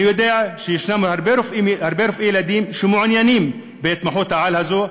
אני יודע שיש הרבה רופאי ילדים שמעוניינים בהתמחות-העל הזאת,